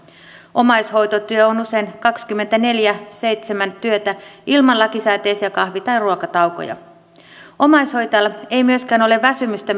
omaishoitotyö on usein kaksikymmentäneljä kautta seitsemän työtä ilman lakisääteisiä kahvi tai ruokataukoja omaishoitajalla ei myöskään ole väsymystä